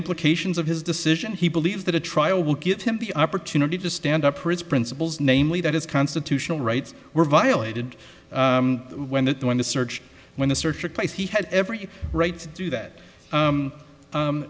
implications of his decision he believed that a trial would give him the opportunity to stand up for his principles namely that his constitutional rights were violated when the when the search when the search replace he had every right to do that